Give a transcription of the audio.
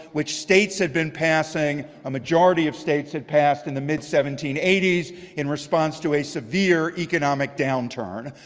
which states had been passing, a majority of states had passed, in the mid seventeen eighty s in response to a severe economic downturn.